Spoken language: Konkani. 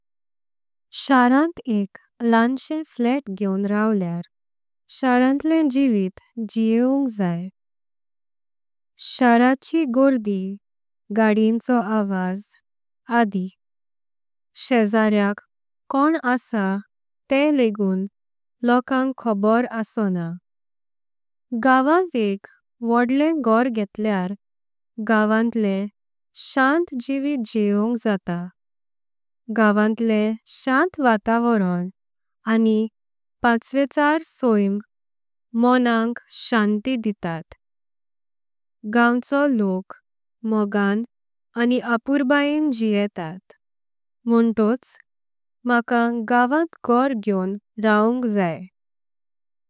शारांत एक ल्हांशे फ्लॅट घेऊन रावल्यार शारांतले जीवित। जियुंक जाई शाराचो गोरधी, घड्येन्चो आवाज, आदी। खेजारेंक कोण असा तेंम लगून लोकांक खबर असोना। गांवांत वक मोठलेम घर घेत्यार गावांतले जांत जीवित। जीयुंक जातां गांवातले शांन्त वातावरोन आनी पांचवेचार। सोईंब मोणाक शांन्ती दीतात गांवचो मोगां आनी अपुर्बायें। जियतां म्होंटोंच मका गावांत घर घेऊन रावुंक जाई।